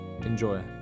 Enjoy